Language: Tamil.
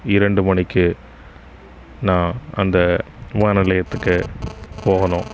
இரண்டு மணிக்கு நான் அந்த விமான நிலையத்துக்கு போகணும்